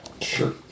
Sure